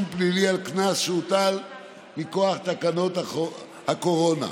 פלילי על קנס שהוטל מכוח תקנות הקורונה.